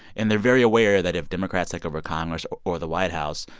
and they're very aware that if democrats take over congress or or the white house,